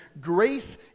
Grace